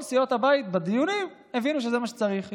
כל סיעות הבית בדיונים הבינו שזה מה שצריך לקרות.